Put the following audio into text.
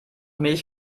milch